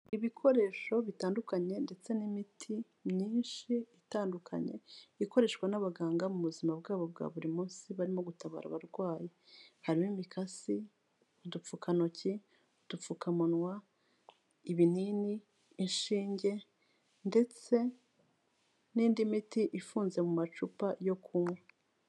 Ibikoresho bitandukanye ndetse n'imiti myinshi itandukanye, ikoreshwa n'abaganga mu buzima bwabo bwa buri munsi barimo gutabara abarwayi, harimo imikasi, udupfukantoki, udupfukamunwa, ibinini, inshinge ndetse n'indi miti ifunze mu macupa yo kunywa.